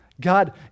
God